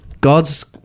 God's